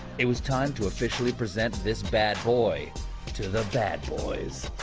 it was time to officially present this bad boy to the bad boys.